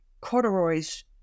corduroys